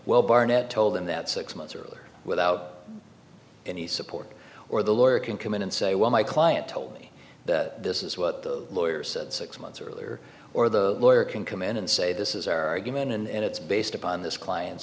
well barnett told him that six months earlier without any support or the lawyer can come in and say well my client told me that this is what the lawyer said six months earlier or the lawyer can come in and say this is our argument and it's based upon this client's